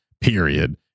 period